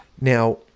now